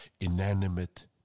inanimate